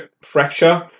fracture